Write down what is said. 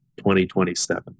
2027